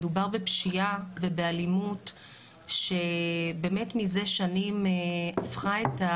מדובר בפשיעה ובאלימות שבאמת מזה שנים הפכה את,